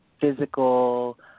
physical